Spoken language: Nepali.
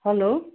हेलो